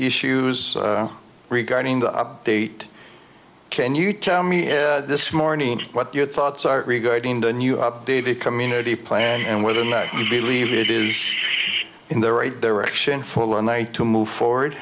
issues regarding the update can you tell me this morning what your thoughts are regarding the new updated community plan and whether or not you believe it is in the right direction for the night to move forward